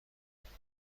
خیانت